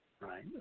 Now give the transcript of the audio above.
right